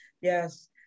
Yes